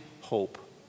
hope